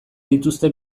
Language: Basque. dituzte